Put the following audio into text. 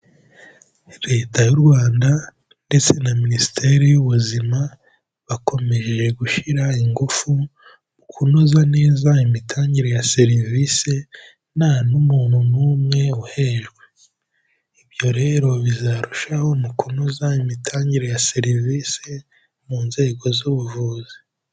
Leta y'u Rwanda ndetse na Minisiteri y'Ubuzima, bakomeje gushyira ingufu mu kunoza neza imitangire ya serivisi, nta n'umuntu n'umwe uhejwe, ibyo rero bizarushaho mu kunoza imitangire ya serivisi mu nzego z'ubuvuzi.